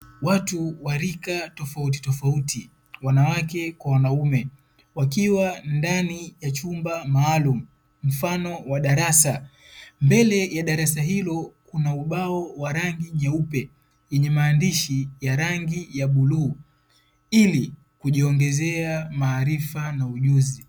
watu warika tofauti tofauti wanawake kwa wanaume wakiwa ndani ya chumba maalumu mfano wa darasa, mbele ya darasa hilo kuna ubao wa rangi nyeupe yenye maandishi ya rangi ya bluu ili kujiongezea maarifa na ujuzi.